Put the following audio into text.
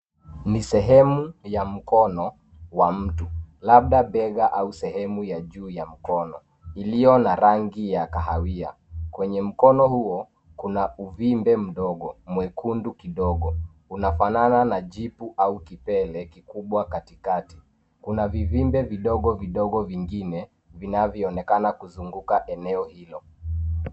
Ni sehemu ya mkono wa mtu labda bega au sehemu ya juu ya mkono iliyo na rangi ya kahawia. Kwenye mkono huo, kuna uvimbe mdogo, mwekundu kidogo, unafanana na jipu au kipele kikubwa katikati. Kuna vivimbe vidogo vidogo vingine vinavyonekana kuzunguka eneo hilo.